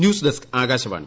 news desk Akashvani